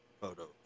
photos